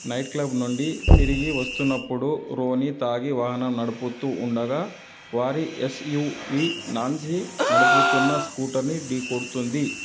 nightclub నుండి తిరిగి వస్తున్నప్పుడు రోనీ తాగి వాహనం నడుపుతూ ఉండగా వారి ఎస్యూవి నాన్సీ నడుపుతున్న స్కూటర్ని ఢీ కొడుతుంది